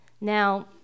Now